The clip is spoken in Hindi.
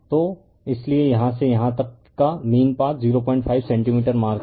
तो इसीलिए यहाँ से यहाँ तक का मीन पाथ 05 सेंटीमीटर मार्क है